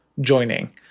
joining